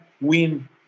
win